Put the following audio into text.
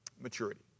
maturity